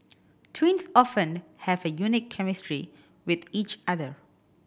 twins often have a unique chemistry with each other